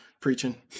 preaching